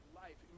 life